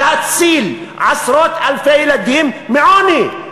להציל עשרות אלפי ילדים מעוני,